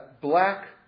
black